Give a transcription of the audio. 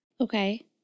Okay